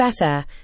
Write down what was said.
better